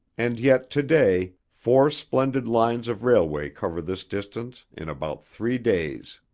and yet today, four splendid lines of railway cover this distance in about three days!